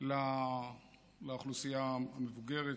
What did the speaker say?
לאוכלוסייה המבוגרת,